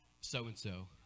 so-and-so